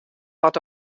wat